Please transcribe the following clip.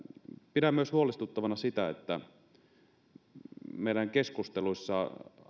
pidän huolestuttavana myös sitä mikä meidän keskusteluissa